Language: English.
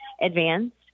advanced